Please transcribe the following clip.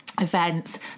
events